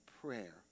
prayer